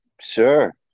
Sure